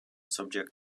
subject